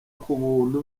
kubuntu